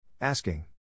asking